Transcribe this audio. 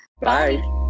Bye